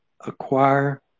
acquire